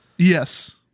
Yes